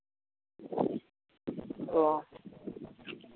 ᱚᱻ